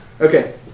Okay